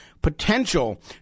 potential